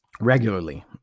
regularly